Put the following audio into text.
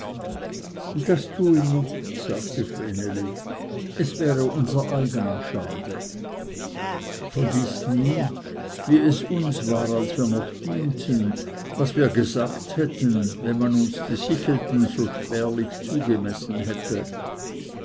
das tue nicht sagte vreneli es wäre unser eigener schade vergiß nie wie es uns war als wir noch dienten was wir gesagt hätten wenn man uns die sichelten so spärlich zugemessen hätte